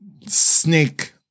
snake